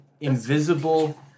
invisible